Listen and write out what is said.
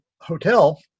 hotel